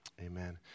amen